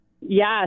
Yes